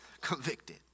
convicted